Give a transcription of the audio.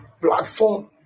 platform